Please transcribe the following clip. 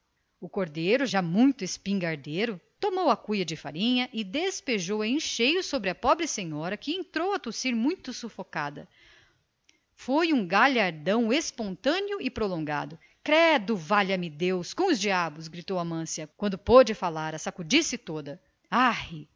o cordeiro já pronto tomou a cuia da farinha e despejou a em cheio sobre a pobre velha que entrou a tossir muito sufocada foi um gargalhadão geral e prolongado cruzes valha-me deus com os diabos berrou amância quando pôde falar e a sacudir se toda